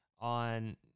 on